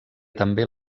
també